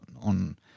on